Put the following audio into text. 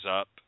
up